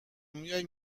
میای